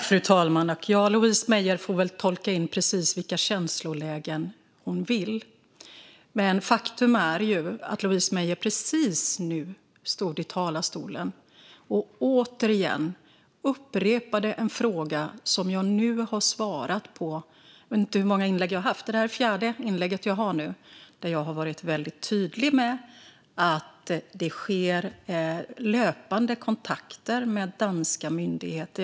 Fru talman! Louise Meijer får tolka in precis vilka känslolägen hon vill. Men faktum är att Louise Meijer precis nu stod i talarstolen och återigen upprepade en fråga som jag har svarat på - jag vet inte hur många inlägg jag har haft. Är det mitt fjärde inlägg nu? - och har varit väldigt tydlig med att löpande kontakter sker med danska myndigheter.